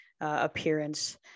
appearance